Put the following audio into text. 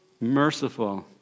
merciful